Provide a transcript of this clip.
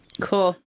Cool